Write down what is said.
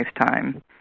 lifetime